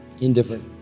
indifferent